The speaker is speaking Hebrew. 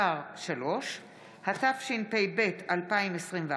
התשפ"ב 2021,